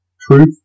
Truth